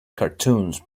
cartoons